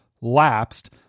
lapsed